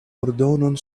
ordonon